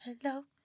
hello